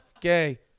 gay